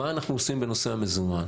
מה אנחנו עושים בנושא המזומן,